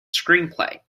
screenplay